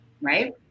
Right